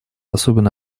особенно